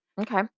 okay